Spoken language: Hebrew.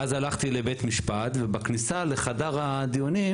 ואז הלכתי לבית משפט ובכניסה לחדר הדיונים